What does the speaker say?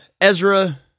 ezra